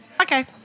Okay